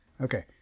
Okay